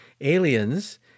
aliens